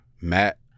Matt